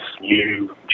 new